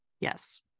yes